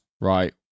right